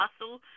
hustle